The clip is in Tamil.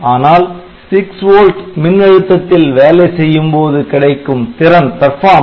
ஆனால் 6V மின்னழுத்தத்தில் வேலை செய்யும்போது கிடைக்கும் திறன் 2